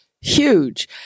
huge